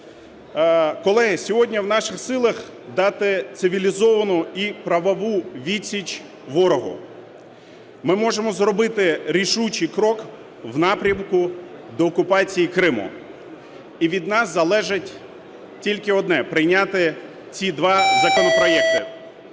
Колеги, сьогодні у наших силах дати цивілізовану і правову відсіч ворогу. Ми можемо зробити рішучий крок в напрямку деокупації Криму, і від нас залежить тільки одне: прийняти ці два законопроекти